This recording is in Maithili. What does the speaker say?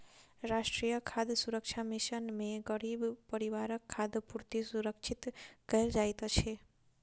राष्ट्रीय खाद्य सुरक्षा मिशन में गरीब परिवारक खाद्य पूर्ति सुरक्षित कयल जाइत अछि